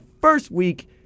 first-week